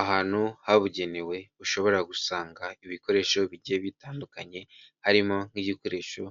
Ahantu habugenewe, ushobora gusanga ibikoresho bigiye bitandukanye, harimo nk'igikoresho